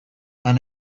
han